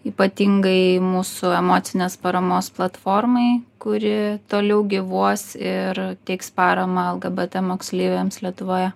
ypatingai mūsų emocinės paramos platformai kuri toliau gyvuos ir teiks paramą lgbt moksleiviams lietuvoje